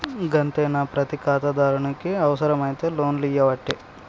గంతేనా, ప్రతి ఖాతాదారునికి అవుసరమైతే లోన్లియ్యవట్టే